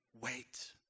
wait